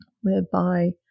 whereby